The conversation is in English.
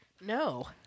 no